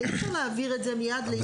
אי אפשר להעביר את זה מיד ליד.